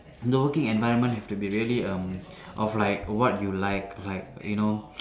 the working environment have to be really um of like what you like like you know